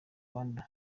rwanda